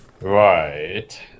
Right